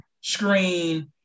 screen